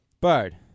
Bird